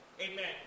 Amen